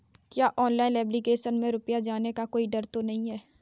क्या online application में रुपया जाने का कोई डर तो नही है?